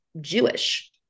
jewish